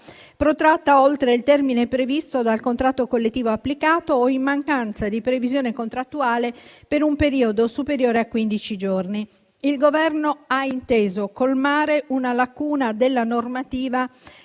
protratta oltre il termine previsto dal contratto collettivo applicato o in mancanza di previsione contrattuale, per un periodo superiore a quindici giorni. Il Governo ha inteso colmare una lacuna della normativa